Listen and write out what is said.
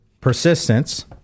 Persistence